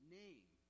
name